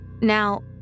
Now